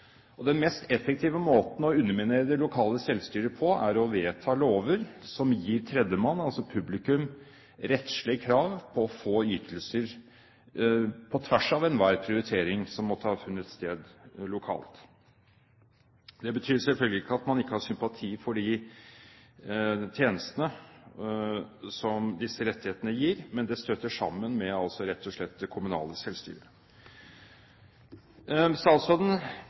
Den mest effektive måten å underminere det lokale selvstyret på, er å vedta lover som gir tredjemann, altså publikum, rettslige krav på å få ytelser på tvers av enhver prioritering som måtte ha funnet sted lokalt. Det betyr selvfølgelig ikke at man ikke har sympati for de tjenestene som disse rettighetene gir, men det støter rett og slett sammen med det kommunale selvstyret. Statsråden